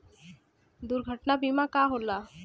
दुर्घटना बीमा का होला?